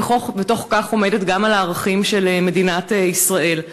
ובתוך כך עומדת גם על הערכים של מדינת ישראל.